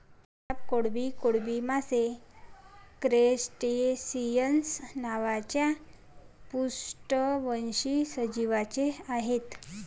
crab, कोळंबी, कोळंबी मासे क्रस्टेसिअन्स नावाच्या अपृष्ठवंशी सजीवांचे आहेत